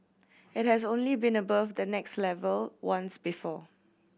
it has only been above that next level once before